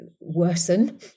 worsen